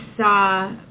saw